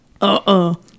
Uh-oh